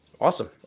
Awesome